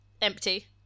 empty